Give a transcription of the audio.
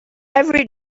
every